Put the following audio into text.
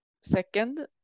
second